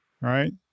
right